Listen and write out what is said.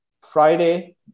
Friday